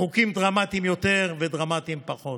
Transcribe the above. בחוקים דרמטיים יותר ודרמטיים פחות.